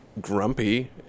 grumpy